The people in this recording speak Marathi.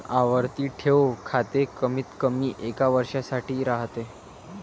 आवर्ती ठेव खाते कमीतकमी एका वर्षासाठी राहते